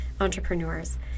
entrepreneurs